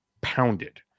pounded